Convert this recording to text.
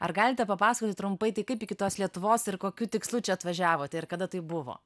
ar galite papasakoti trumpai tai kaip kitos lietuvos ir kokiu tikslu čia atvažiavote ir kada tai buvo